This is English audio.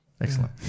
Excellent